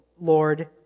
Lord